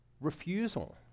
refusal